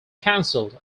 cancelled